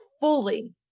fully